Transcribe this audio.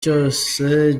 cyose